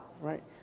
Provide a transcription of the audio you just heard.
Right